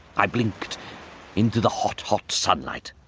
i blinked into the hot, hot sunlight.